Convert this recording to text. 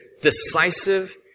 decisive